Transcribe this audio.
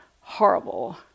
horrible